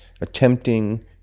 attempting